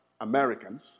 Americans